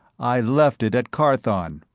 i left it at carthon,